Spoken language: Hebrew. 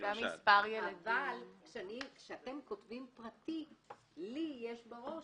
אבל כשאתם כותבים "פרטי" לי יש בראש